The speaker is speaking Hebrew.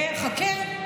חכה,